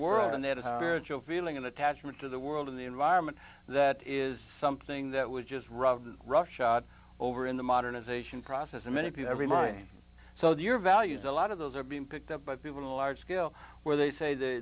world and they had a feeling an attachment to the world and the environment that is something that was just run roughshod over in the modernization process of many people every morning so your values a lot of those are being picked up by people to a large scale where they say th